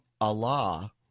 Allah